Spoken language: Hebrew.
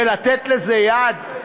ולתת לזה יד?